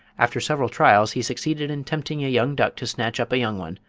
after several trials he succeeded in tempting a young duck to snatch up a young one,